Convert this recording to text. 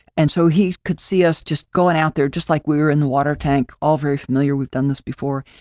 and so he could see us just going out there just like we were in the water tank, all very familiar, we've done this before.